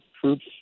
troops